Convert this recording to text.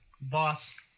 boss